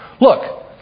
Look